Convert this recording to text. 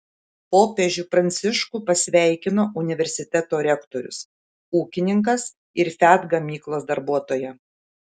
popiežių pranciškų pasveikino universiteto rektorius ūkininkas ir fiat gamyklos darbuotoja